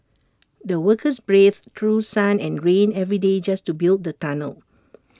the workers braved through sun and rain every day just to build the tunnel